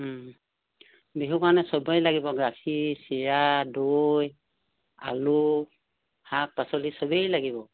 বিহুৰ কাৰণে সবেই লাগিব গাখীৰ চিৰা দৈ আলু শাক পাচলি সবেই লাগিব